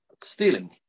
stealing